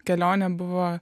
kelionė buvo